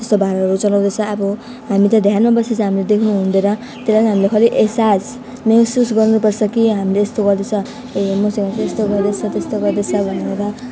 त्यस्तो भाँडाहरू चलाउँदैछ अब हामी त ध्यानमा बसेको छ हामीले देख्नु हुँदैन त्यसलाई नि हामीले खालि एसास महसुस गर्नु पर्छ कि हामीले यस्तो गर्दैछ ए मसँग चाहिँ यस्तो गर्दैछ त्यस्तो गर्दैछ भनेर